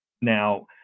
Now